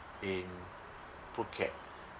in phuket